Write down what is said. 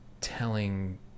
telling